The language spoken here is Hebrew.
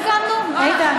סיכמנו, איתן?